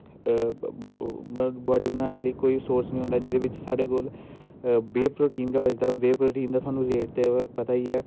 मतलव बॉड्डी बन्ने लेई कोई सोर्स नी होंदा जेह्दे बिच्च साढ़ै कोल बेह् प्रोटीन दा बेह् प्रोटीन दा थुहानू रेट ते पता ई ऐ